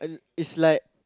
is like